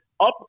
Up